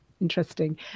interesting